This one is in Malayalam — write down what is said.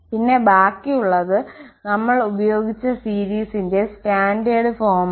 പിന്നെ ബാക്കിയുള്ളത് നമ്മൾ ഉപയോഗിച്ച സീരിസിന്റെ സ്റ്റാൻഡേർഡ് ഫോമാണ്